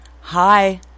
Hi